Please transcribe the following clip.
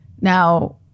Now